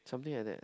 something like that